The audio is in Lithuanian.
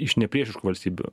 iš nepriešiškų valstybių